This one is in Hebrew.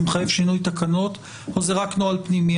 מחייב שינוי תקנות או זה רק נוהל פנימי,